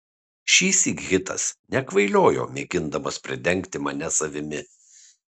šįsyk hitas nekvailiojo mėgindamas pridengti mane savimi